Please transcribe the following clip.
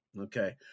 okay